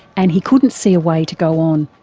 and he couldn't see a way to go on.